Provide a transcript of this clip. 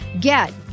Get